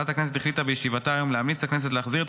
ועדת הכנסת החליטה בישיבתה היום להמליץ לכנסת להחזיר את